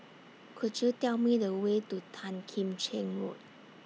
Could YOU Tell Me The Way to Tan Kim Cheng Road